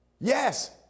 yes